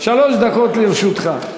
שלוש דקות לרשותך.